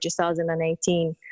2018